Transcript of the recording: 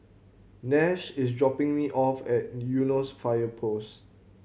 Nash is dropping me off at Eunos Fire Post